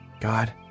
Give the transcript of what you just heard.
God